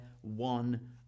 one